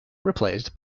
replaced